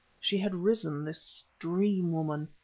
she had risen, this dream woman.